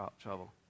trouble